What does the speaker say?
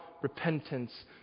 repentance